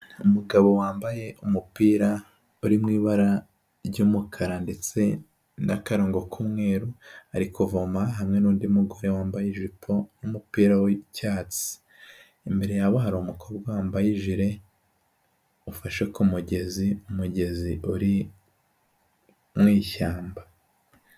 Umugabo wambaye umupira uri mu ibara ry'umukara ndetse n'akarongo k'umweru, ari kuvoma hamwe n'undi mugore wambaye ijipo n'umupira w'icyatsi. Imbere yabo hari umukobwa wambaye ijere ufashe ku mugezi, umugezi uri mu ishyamba.